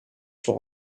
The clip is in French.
sont